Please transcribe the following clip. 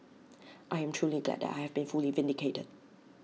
I am truly glad that I have been fully vindicated